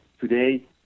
today